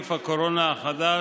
נגיף הקורונה החדש),